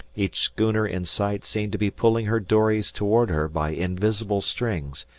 each schooner in sight seemed to be pulling her dories towards her by invisible strings,